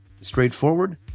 straightforward